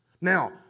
Now